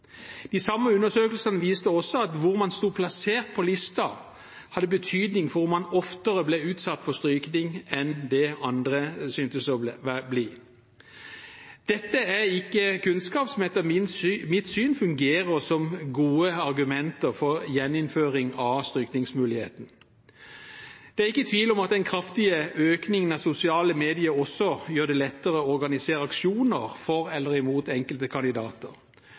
De samme undersøkelsene viste også at hvor man sto plassert på listen, hadde betydning for om man oftere ble utsatt for strykning enn det andre syntes å bli. Dette er kunnskap som etter mitt syn ikke fungerer som gode argumenter for gjeninnføring av strykningsmuligheten. Det er ikke tvil om at den kraftige økningen av sosiale medier også gjør det lettere å organisere aksjoner for eller imot enkelte kandidater.